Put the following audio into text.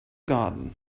garden